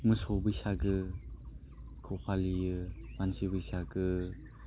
मोसौ बैसागोखौ फालियो हांसो बैसागो